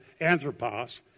anthropos